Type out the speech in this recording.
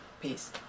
Peace